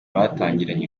batangiranye